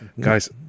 Guys